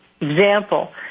Example